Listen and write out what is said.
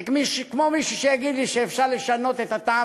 זה כמו מישהו שיגיד לי שאפשר לשנות את הטעם